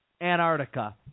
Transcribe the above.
Antarctica